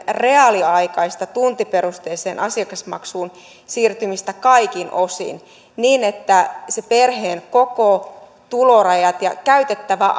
reaaliaikaista tuntiperusteiseen asiakasmaksuun siirtymistä kaikin osin niin että se perheen koko tulorajat ja käytettävä